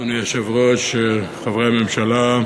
אדוני היושב-ראש, חברי הממשלה,